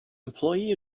employee